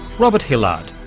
robert hillard.